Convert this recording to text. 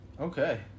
Okay